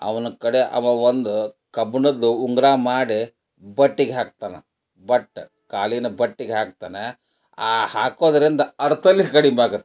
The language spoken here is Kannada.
ಅವ್ನ ಕಡೆ ಅವ ಒಂದು ಕಬ್ಬಿಣದ್ದು ಉಂಗುರ ಮಾಡಿ ಬಟ್ಟಿಗೆ ಹಾಕ್ತಾನೆ ಬಟ್ಟು ಕಾಲಿನ ಬಟ್ಟಿಗೆ ಹಾಕ್ತಾನೆ ಆ ಹಾಕೋದರಿಂದ ಅರೆ ತಲೆ ಕಡಿಮೆ ಆಗತ್ತಂತೆ